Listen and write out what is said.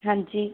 ਹਾਂਜੀ